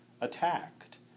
attacked